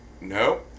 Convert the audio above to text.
No